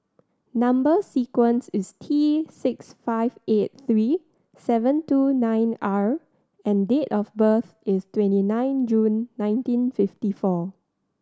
number sequence is T six five eight three seven two nine R and date of birth is twenty nine June nineteen fifty four